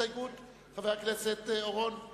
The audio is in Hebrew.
שההסתייגות לא